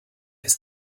ist